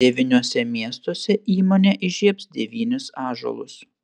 devyniuose miestuose įmonė įžiebs devynis ąžuolus